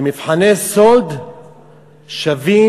שמבחני סאלד שווים,